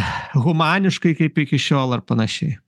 humaniškai kaip iki šiol ar panašiai